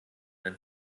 ein